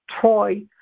Troy